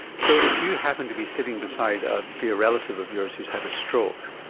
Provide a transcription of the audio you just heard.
so if you happen to be sitting beside a dear relative of yours who's had a stroke,